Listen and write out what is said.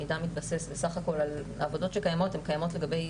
המידע מתבסס על עבודות שקיימות,